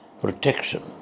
protection